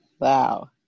Wow